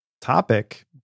topic